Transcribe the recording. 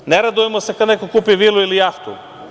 Ne radujemo se kada neko kupi vilu ili jahtu.